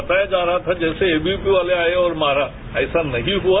बताया जा रहा था जैसे ए बी वी पी वाले आए और मारा ऐसा नहीं हुआ